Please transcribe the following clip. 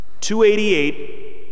288